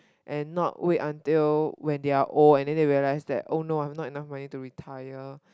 and not wait until when they are old and then they realize that oh no I have no enough money to retire